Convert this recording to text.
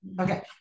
Okay